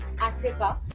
Africa